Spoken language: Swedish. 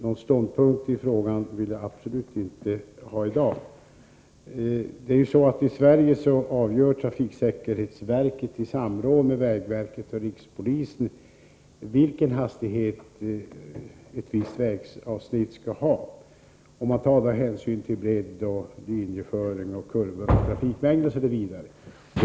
Någon ståndpunkt i frågan vill jag absolut inte ta i dag. I Sverige avgör trafiksäkerhetsverket i samråd med vägverket och rikspolisstyrelsen vilken hastighetsgräns ett visst vägavsnitt skall ha. Man tar därvid hänsyn till bredd, linjeföring, kurvor, trafikmängd osv.